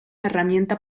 herramienta